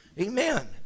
amen